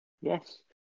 Yes